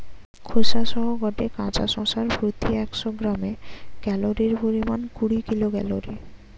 খোসা সহ গটে কাঁচা শশার প্রতি একশ গ্রামে ক্যালরীর পরিমাণ কুড়ি কিলো ক্যালরী